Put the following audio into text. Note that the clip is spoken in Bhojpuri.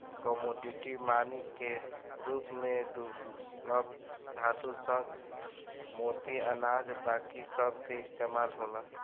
कमोडिटी मनी के रूप में दुर्लभ धातु, शंख, मोती, अनाज बाकी सभ के इस्तमाल होला